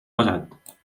pesat